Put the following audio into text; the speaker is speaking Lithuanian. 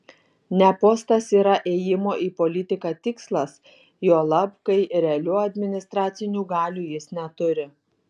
ne postas yra ėjimo į politiką tikslas juolab kai realių administracinių galių jis neturi